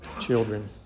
children